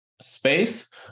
space